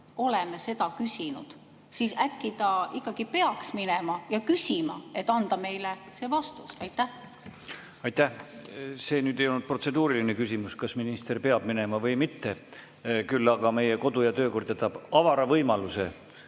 oleme seda küsinud, siis äkki ta ikkagi peaks minema ja küsima, et anda meile see vastus? Aitäh! See ei olnud protseduuriline küsimus, kas minister peab minema või mitte. Ning meie kodu‑ ja töökord jätab avara võimaluse